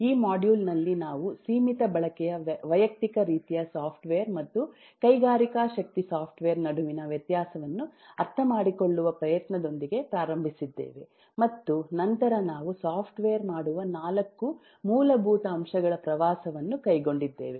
ಈ ಮಾಡ್ಯೂಲ್ನಲ್ಲಿ ನಾವು ಸೀಮಿತ ಬಳಕೆಯ ವೈಯಕ್ತಿಕ ರೀತಿಯ ಸಾಫ್ಟ್ವೇರ್ ಮತ್ತು ಕೈಗಾರಿಕಾ ಶಕ್ತಿ ಸಾಫ್ಟ್ವೇರ್ ನಡುವಿನ ವ್ಯತ್ಯಾಸವನ್ನು ಅರ್ಥಮಾಡಿಕೊಳ್ಳುವ ಪ್ರಯತ್ನದೊಂದಿಗೆ ಪ್ರಾರಂಭಿಸಿದ್ದೇವೆ ಮತ್ತು ನಂತರ ನಾವು ಸಾಫ್ಟ್ವೇರ್ ಮಾಡುವ 4 ಮೂಲಭೂತ ಅಂಶಗಳ ಪ್ರವಾಸವನ್ನು ಕೈಗೊಂಡಿದ್ದೇವೆ